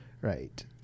Right